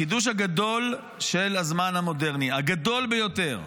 החידוש הגדול של הזמן המודרני, הגדול ביותר,